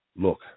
Look